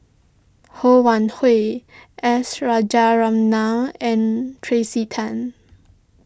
Ho Wan Hui S Rajaratnam and Tracey Tan